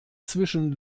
zwischen